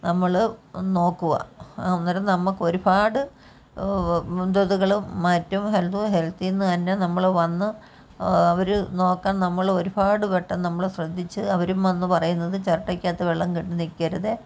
നമ്മൾ ഒന്നു നോക്കുക അന്നേരം നമുക്ക് ഒരുപാട് എന്തോ ഇതുങ്ങൾ മറ്റും ഹെൽത്ത് ഹെൽത്തിൽ നിന്നു തന്നെ നമ്മൾ വന്ന് അവർ നോക്കാൻ നമ്മൾ ഒരുപാടു വട്ടം നമ്മൾ ശ്രദ്ധിച്ച് അവരും വന്നു പറയുന്നതു ചിരട്ടക്കകത്തു വെള്ളം കെട്ടി നിൽക്കരുതെ